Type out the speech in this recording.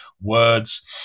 words